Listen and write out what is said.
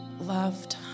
loved